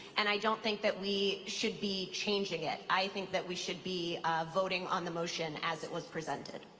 and i don't think that we should be changing it. i think that we should be voting on the motion as it was presented.